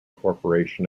corporation